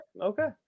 okay